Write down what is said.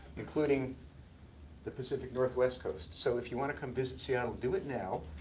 including the pacific northwest coast. so if you want to come visit seattle, do it now.